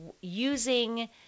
using